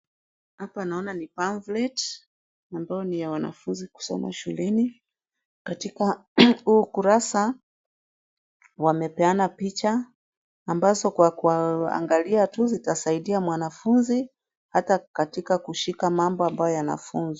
Hapa naona ni pumflet ambayo ni ya wanafunzi kusoma shuleni, katika huu ukurasa wamepeana picha ambazo kwa kuangalia tu zitasaidia mwanafunzi hata katika kushika mambo ambayo yanafunzwa.